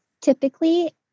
typically